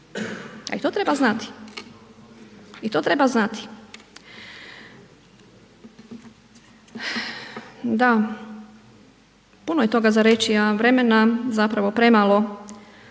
i kad se neće. E to treba znati. Da, puno je toga za reći a vremena zapravo premalo,